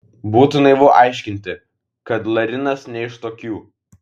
būtų naivu aiškinti kad larinas ne iš tokių